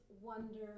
wonder